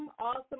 awesome